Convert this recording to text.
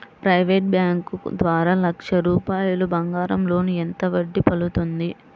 Private bank ద్వారా లక్ష రూపాయలు బంగారం లోన్ ఎంత వడ్డీ పడుతుంది?